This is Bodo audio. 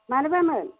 मानोबामोन